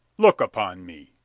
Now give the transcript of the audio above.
look upon me!